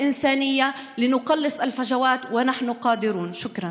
אני מסתמכת